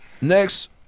Next